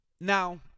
Now